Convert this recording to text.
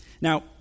Now